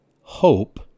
hope